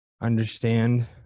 understand